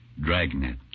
Dragnet